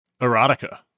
erotica